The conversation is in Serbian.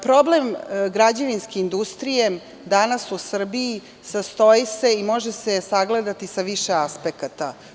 Problem građevinske industrije danas u Srbiji sastoji se i može se sagledati sa više aspekata.